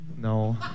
No